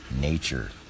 nature